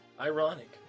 Ironic